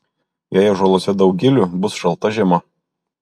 jei ąžuoluose daug gilių bus šalta žiema